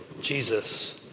jesus